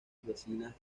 vecinas